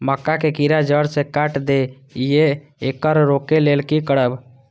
मक्का के कीरा जड़ से काट देय ईय येकर रोके लेल की करब?